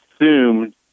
assumed